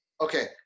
Okay